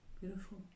beautiful